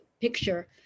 picture